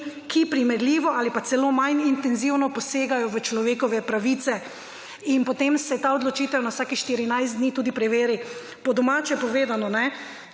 primerljivo ali pa celo manj intenzivno posegajo v človekove pravice. In potem se ta odločitev na vsakih 14 dni tudi preveri. Po domače povedano, če